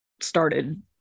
started